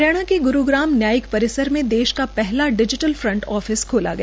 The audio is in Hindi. हरियाणा के ग्रूग्राम न्यायिक परिसर में देश का पहला डिजीटल फ्रंट ऑफिस खोला गया